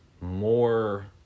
more